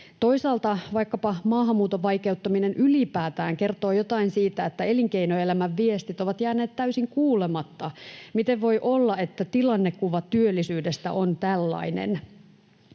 Toisaalta vaikkapa maahanmuuton vaikeuttaminen ylipäätään kertoo jotain siitä, että elinkeinoelämän viestit ovat jääneet täysin kuulematta. Miten voi olla, että tilannekuva työllisyydestä on tällainen?